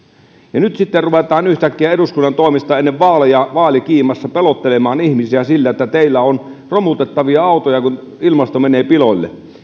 ja nyt sitten ruvetaan yhtäkkiä eduskunnan toimesta ennen vaaleja vaalikiimassa pelottelemaan ihmisiä sillä että teillä on romutettavia autoja ilmasto menee piloille